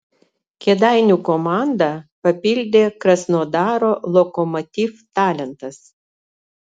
kėdainių komandą papildė krasnodaro lokomotiv talentas